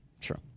true